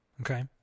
Okay